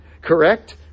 Correct